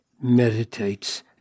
meditates